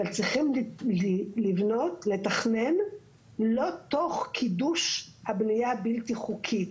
אבל צריך לבנות ולתכנן ולא תוך קידוש הבנייה הבלתי חוקית.